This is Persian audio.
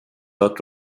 هات